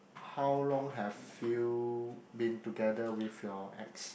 how long have you been together with your ex